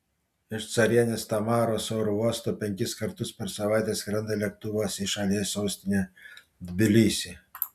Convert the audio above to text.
iš carienės tamaros oro uosto penkis kartus per savaitę skrenda lėktuvas į šalies sostinę tbilisį